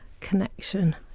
connection